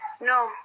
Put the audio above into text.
No